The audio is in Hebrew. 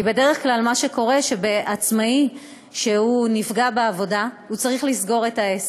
כי בדרך כלל מה שקורה הוא שעצמאי שנפגע בעבודה צריך לסגור את העסק,